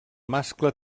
mascle